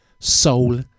soul